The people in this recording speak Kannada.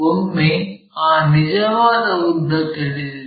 ಒಮ್ಮೆ ಆ ನಿಜವಾದ ಉದ್ದ ತಿಳಿದಿದೆ